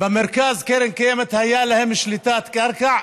במרכז הייתה לקרן הקיימת שליטה על קרקע,